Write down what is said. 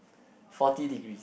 forty degrees